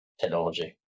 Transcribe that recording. technology